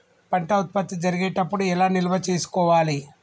పంట ఉత్పత్తి జరిగేటప్పుడు ఎలా నిల్వ చేసుకోవాలి?